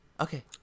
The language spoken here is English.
okay